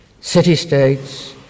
city-states